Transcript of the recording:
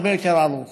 הרבה יותר ערוך.